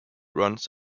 runs